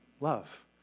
love